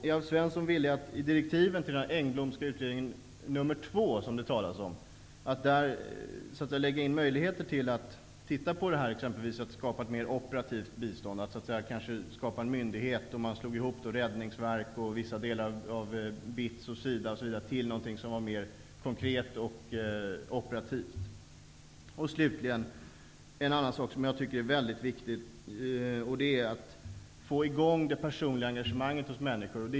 Är Alf Svensson villig att i direktiven till den Engblomska utredning som det talas om möjliggöra att frågan om ett mer operativt bistånd utreds? Man skulle kunna skapa en myndighet som var mer konkret och operativ genom att slå ihop Slutligen vill jag nämna något som jag tycker är väldigt viktigt, nämligen att få i gång det personliga engagemanget hos människor.